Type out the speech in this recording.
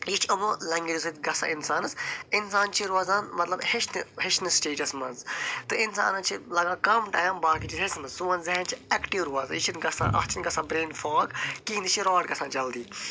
یہ چھُ یِمو لینٛگویجو سۭتۍ گژھان اِنسانس اِنسان چھُ روزان مطلب ہیٚچھنہٕ ہیٚچھنہٕ سِٹیجس منٛز تہٕ اِنسانس چھِ لگان کم ٹایم باقٕے چیٖز ہیچھنس سون ذہن چھُ ایکٹِو روزان یہ چھُ نہٕ گژھان اتھ چھُ نہٕ گژھان برین فاگ کہیٖنٛۍ یہِ چھُ روڑ گژھان جلدی